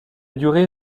durée